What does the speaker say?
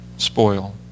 Spoil